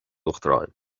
uachtaráin